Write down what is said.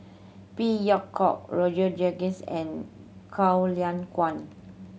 Phey Yew Kok Roger Jenkins and Goh Lay Kuan